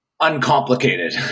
uncomplicated